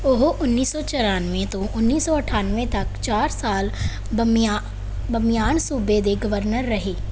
ਉਹ ਉੱਨੀ ਸੌ ਚੁਰਾਨਵੇਂ ਤੋਂ ਉੱਨੀ ਸੌ ਅਠਾਨਵੇਂ ਤੱਕ ਚਾਰ ਸਾਲ ਬਾਮਿਆ ਬਾਮਿਆਨ ਸੂਬੇ ਦੇ ਗਵਰਨਰ ਰਹੇ